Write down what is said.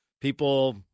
people